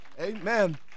Amen